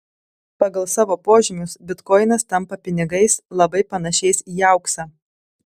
pagal savo požymius bitkoinas tampa pinigais labai panašiais į auksą